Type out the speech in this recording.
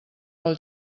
pel